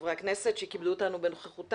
חברי הכנסת, שכיבדו אותנו בנוכחותם.